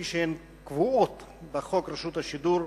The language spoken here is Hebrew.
הקבועות בחוק רשות השידור,